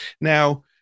now